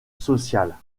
sociale